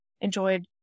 enjoyed